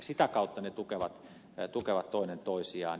sitä kautta ne tukevat toinen toisiaan